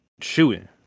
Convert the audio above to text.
shooting